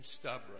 stubborn